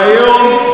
כיום,